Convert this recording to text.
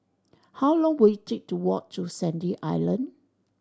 how long will it take to walk to Sandy Island